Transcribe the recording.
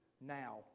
now